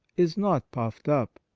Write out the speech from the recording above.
is not puffed up.